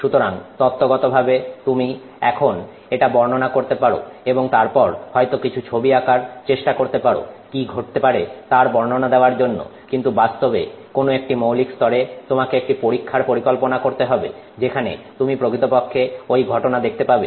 সুতরাং তত্ত্বগতভাবে তুমি এখন এটা বর্ণনা করতে পারো এবং তারপর হয়তো কিছু ছবি আঁকার চেষ্টা করতে পারো কি ঘটতে পারে তার বর্ণনা দেওয়ার জন্য কিন্তু বাস্তবে কোন একটি মৌলিক স্তরে তোমাকে একটি পরীক্ষার পরিকল্পনা করতে হবে যেখানে তুমি প্রকৃতপক্ষে ওই ঘটনা দেখতে পাবে